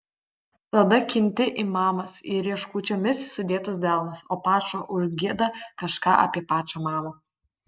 tada kinti imamas į rieškučiomis sudėtus delnus o pačo užgieda kažką apie pačą mamą